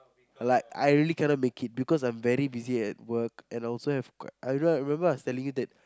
like I really cannot make it because I'm very busy at work and also have quite I don't know remember I was telling you that